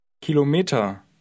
Kilometer